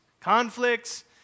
Conflicts